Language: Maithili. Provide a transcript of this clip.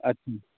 अच्छा